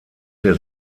der